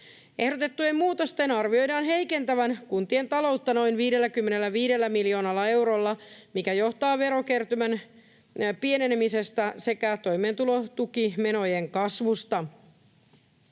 Ehdotettujen muutosten arvioidaan heikentävän kuntien taloutta noin 55 miljoonalla eurolla, mikä johtuu verokertymän pienenemisestä sekä toimeentulotukimenojen kasvusta.